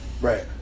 Right